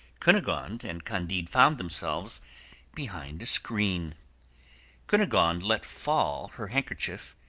cunegonde and candide found themselves behind a screen cunegonde let fall her handkerchief,